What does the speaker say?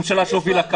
ממשלה שהובילה קו...